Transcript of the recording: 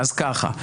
אז ככה.